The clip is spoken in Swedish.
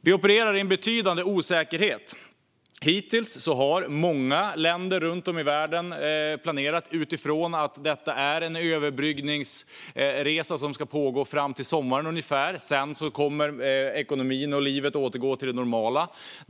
Vi opererar i en betydande osäkerhet. Hittills har många länder runt om i världen planerat utifrån att detta är en överbryggningsresa som ska pågå fram till sommaren ungefär och att ekonomin och livet sedan kommer att återgå till det normala.